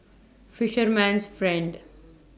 Fisherman's Friend